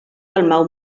dalmau